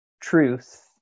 truth